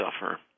suffer